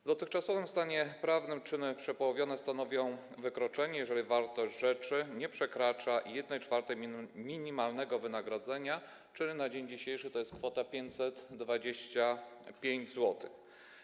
W dotychczasowym stanie prawnym czyny przepołowione stanowią wykroczenie, jeżeli wartość rzeczy nie przekracza 1/4 minimalnego wynagrodzenia, czyli na dzień dzisiejszy jest to kwota 525 zł.